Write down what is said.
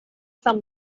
some